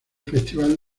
festival